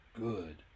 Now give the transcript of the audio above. Good